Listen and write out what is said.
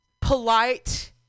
polite